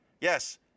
yes